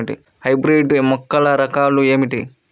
Hybrid మొక్కల రకాలు ఏమిటి?